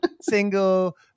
single